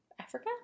Africa